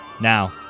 Now